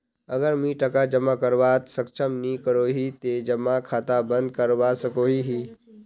अगर मुई टका जमा करवात सक्षम नी करोही ते जमा खाता बंद करवा सकोहो ही?